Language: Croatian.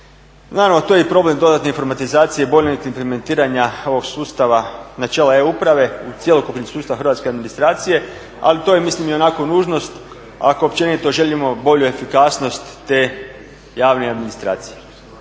Naravno to je i problem dodatne informatizacije i boljeg …/Govornik se ne razumije./… ovog sustava, načela e-uprave u cjelokupni sustav hrvatske administracije ali to je mislim i onako nužnost ako općenito želimo bolju efikasnost te javne administracije.